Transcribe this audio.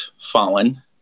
fallen